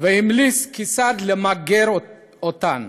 והמליץ כיצד למגר אותן.